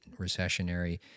recessionary